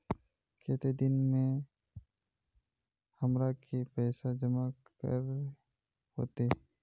केते दिन में हमरा के पैसा जमा करे होते?